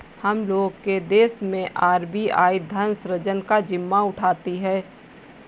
हम लोग के देश मैं आर.बी.आई धन सृजन का जिम्मा उठाती है